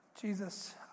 Jesus